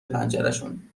پنجرشون